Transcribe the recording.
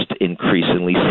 increasingly